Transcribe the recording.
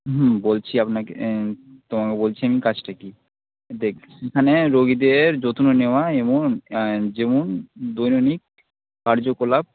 হুম বলছি আপনাকে তোমাকে বলছি আমি কাজটা কী দেখ এখানে রোগীদের যত্ন নেওয়া এবং যেমন দৈনিক কার্যকলাপ